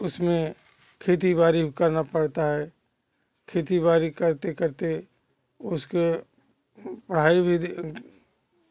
उसमें खेती बाड़ी करना पड़ता है खेती बाड़ी करते करते उसके पढ़ाई भी